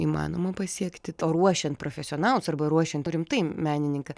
įmanoma pasiekti o ruošiant profesionalus arba ruošiant rimtai menininką